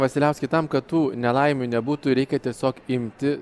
vasiliauskai tam kad tų nelaimių nebūtų reikia tiesiog imti